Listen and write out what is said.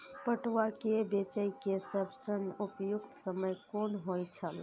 पटुआ केय बेचय केय सबसं उपयुक्त समय कोन होय छल?